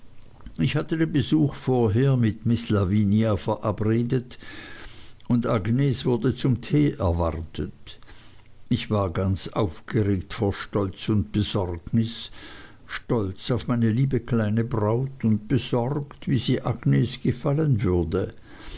ich hatte den besuch vorher mit miß lavinia verabredet und agnes wurde zum tee erwartet ich war ganz aufgeregt vor stolz und besorgnis stolz auf meine liebe kleine braut und besorgt wie sie agnes gefallen würde